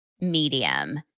medium